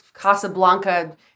Casablanca